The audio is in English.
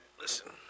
Listen